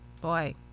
boy